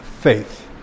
faith